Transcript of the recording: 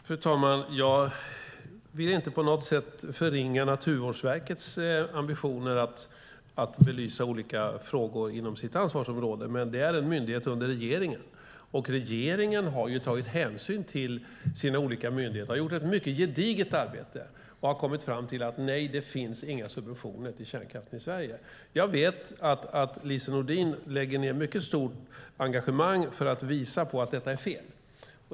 Fru talman! Jag vill inte på något sätt förringa Naturvårdsverkets ambitioner att belysa olika frågor inom sitt ansvarsområde. Naturvårdsverket är en myndighet under regeringen. Regeringen har tagit hänsyn till sina olika myndigheter och gjort ett mycket gediget arbete och kommit fram till att det inte finns några subventioner till kärnkraften i Sverige. Jag vet att Lise Nordin har ett mycket stort engagemang för att visa på att detta är fel.